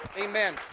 Amen